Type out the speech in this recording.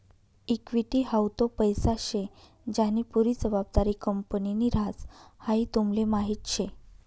equity हाऊ तो पैसा शे ज्यानी पुरी जबाबदारी कंपनीनि ह्रास, हाई तुमले माहीत शे